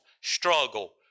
struggle